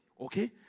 Okay